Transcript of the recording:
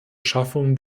schaffung